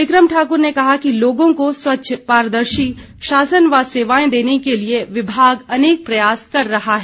विक्रम ठाक्र ने कहा कि लोगों को स्वच्छ पारदर्शी शासन व सेवाएं देने के लिए विभाग अनेक प्रयास कर रहा है